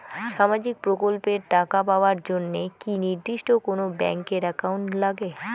সামাজিক প্রকল্পের টাকা পাবার জন্যে কি নির্দিষ্ট কোনো ব্যাংক এর একাউন্ট লাগে?